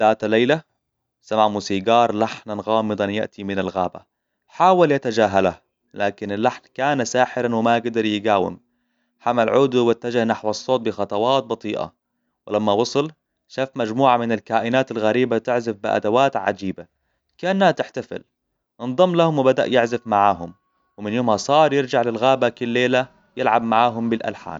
ذات ليلة، سمع موسيقار لحناً غامضاً يأتي من الغابة حاول يتجاهله، لكن اللحن كان ساحراً وما قدر يقاوم حمل عوده واتجه نحو الصوت بخطوات بطيئة ولما وصل، شاف مجموعة من الكائنات الغريبة تعزف بأدوات عجيبة كأنها تحتفل انضم لهم وبدأ يعزف معاهم ومن يومها صار يرجع للغابة كل ليلة يلعب معهم بالألحان